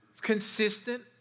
consistent